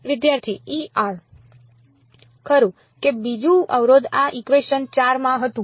વિદ્યાર્થી ખરું કે બીજું અવરોધ આ ઇકવેશન 4 માં હતું